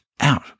Out